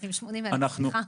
לא.